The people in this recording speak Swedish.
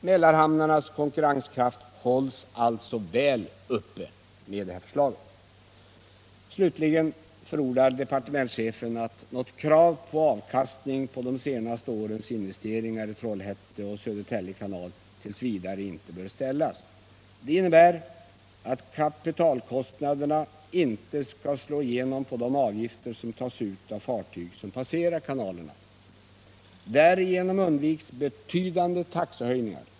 Mälarhamnarnas konkurrenskraft hålls alltså väl uppe med det här förslaget. Slutligen förordar departementschefen att något krav på avkastning på de senaste årens investeringar i Trollhätte och Södertälje kanal t. v. ej bör ställas. Det innebär att kapitalkostnaderna inte skall slå igenom på de avgifter som tas ut av fartyg som passerar kanalerna. Därigenom undviks betydande taxehöjningar.